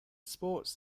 sports